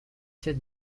sept